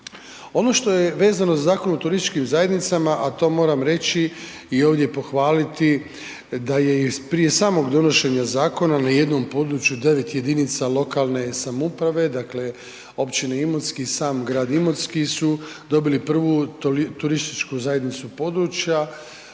Ono što je vezano za Zakon o turističkim zajednicama, a to moram reći i ovdje pohvaliti, da je prije samog donošenja zakona, na jednom područja 9 jedinica lokalne samouprave, dakle, općine Imotski i sam grad Imotski su dobili prvu turističku zajednicu područja,